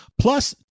plus